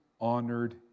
honored